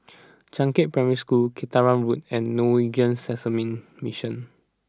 Changkat Primary School Kinta Road and Norwegian Seamen's Mission